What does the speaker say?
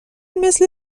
مثل